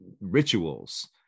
rituals